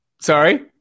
Sorry